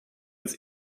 uns